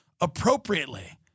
appropriately